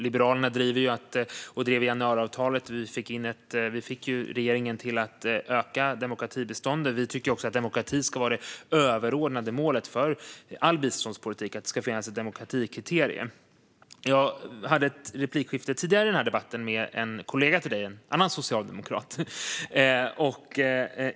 Liberalerna fick ju i januariavtalet regeringen att öka demokratibiståndet. Vi tycker också att demokrati ska vara det överordnade målet för all biståndspolitik. Det ska finnas ett demokratikriterium. Jag hade tidigare i debatten ett replikskifte med en kollega till ministern, en annan socialdemokrat.